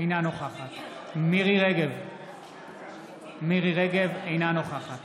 אינה נוכחת מירי מרים רגב, אינה נוכחת